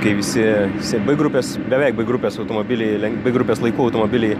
kai visi visi b grupės beveik b grupės automobiliai len b grupės laikų automobiliai